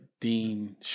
Dean